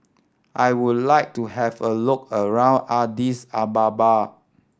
I would like to have a look around Addis Ababa